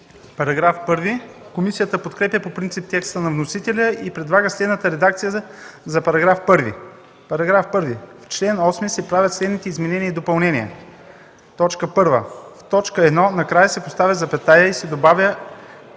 ТОШЕВ: Комисията подкрепя по принцип текста на вносителя и предлага следната редакция за § 1: „§ 1. В чл. 8 се правят следните изменения и допълнения: 1. В т. 1 накрая се поставя запетая и се добавя